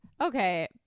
Okay